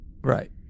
Right